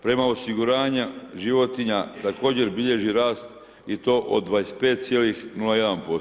Premija osiguranja životinja također bilježi rast i to od 25,01%